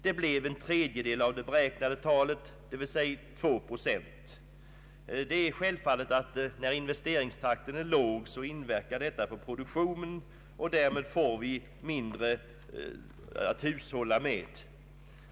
Det blev en iredjedel av det beräknade talet, d.v.s. 2 procent. Det är självfallet att när investeringstakten är låg inverkar detta på produktionen, och därmed får man mindre att hushålla med.